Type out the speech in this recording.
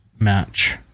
match